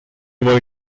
wohl